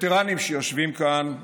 הווטרנים שיושבים כאן איתנו,